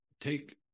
take